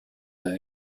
d’un